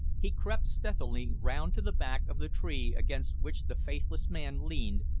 he crept stealthily round to the back of the tree against which the faithless man leaned,